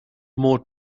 more